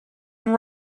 and